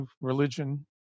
religion